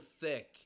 thick